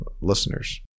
listeners